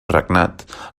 regnat